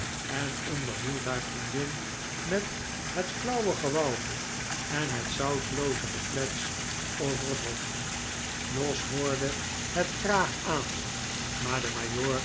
en onderhield haar vriendin met het flauwe gewauwel en het zoutelooze geklets over het hof jos hoorde het graag aan maar de